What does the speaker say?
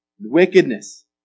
wickedness